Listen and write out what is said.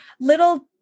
little